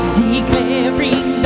declaring